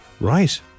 Right